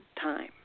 time